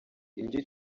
indyo